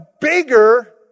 bigger